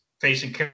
facing